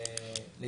כלומר,